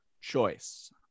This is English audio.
choice